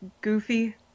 goofy